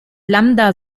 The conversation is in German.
lambda